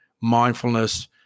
mindfulness